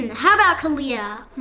and how about kalia?